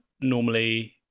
normally